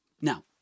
Now